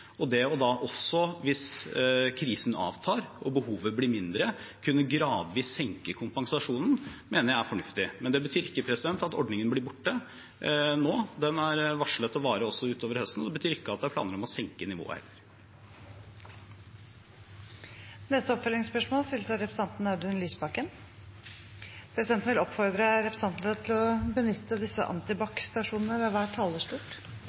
Det også å kunne senke kompensasjonen gradvis hvis krisen avtar og behovet blir mindre, mener jeg er fornuftig. Men det betyr ikke at ordningen blir borte nå, den er varslet å vare også utover høsten, og det betyr ikke at det er planer om å senke nivået. Audun Lysbakken – til oppfølgingsspørsmål. Presidenten vil oppfordre representantene til å benytte Antibac-stasjonene ved hver